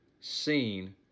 seen